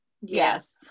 Yes